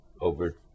over